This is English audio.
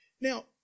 Now